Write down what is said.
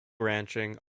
ranching